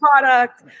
product